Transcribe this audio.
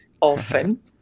often